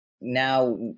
now